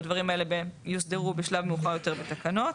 והדברים האלה יוסדרו בשלב מאוחר יותר בתקנות.